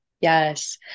Yes